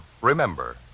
Remember